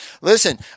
Listen